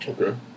Okay